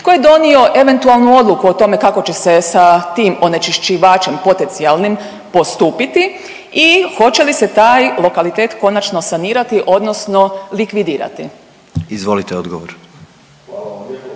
tko je donio eventualnu odluku o tome kako će se sa tim onečišćivačem potencijalnim postupiti i hoće li se taj lokalitet konačno sanirati, odnosno likvidirati? **Jandroković, Gordan